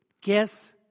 Guess